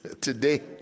today